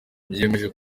biyemeje